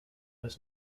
was